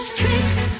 tricks